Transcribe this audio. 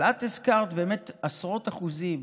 אבל את הזכרת באמת עשרות אחוזים